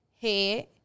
head